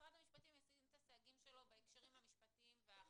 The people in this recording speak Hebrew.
משרד המשפטים ישים את הסייגים שלו בהקשרים המשפטיים והאחרים,